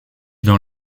dans